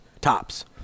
tops